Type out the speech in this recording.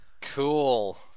cool